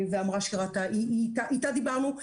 דיברנו,